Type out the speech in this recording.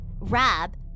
Rob